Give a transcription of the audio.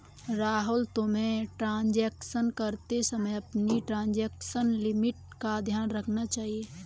राहुल, तुम्हें ट्रांजेक्शन करते समय अपनी ट्रांजेक्शन लिमिट का ध्यान रखना चाहिए